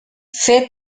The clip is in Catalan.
fet